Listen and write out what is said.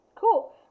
Cool